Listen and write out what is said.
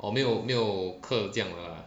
orh 没有没有课这样的啦